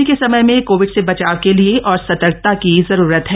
सर्दी के समय में कोविड से बचाव के लिए और सतर्कता की जरूरत है